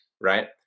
right